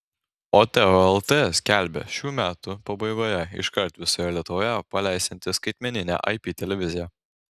o teo lt skelbia šių metų pabaigoje iškart visoje lietuvoje paleisiantis skaitmeninę ip televiziją